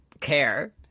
care